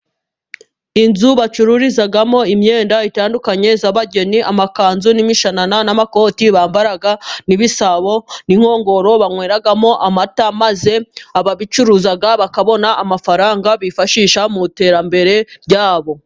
Inzu bacururizagamo imyenda itandukanye y'abageni :amakanzu n'imishanana, n'amakoti bambara, n'ibisabo n'inkongoro banyweramo amata ,maze ababicuruza bakabona amafaranga ,bifashisha mu iterambere ryabo.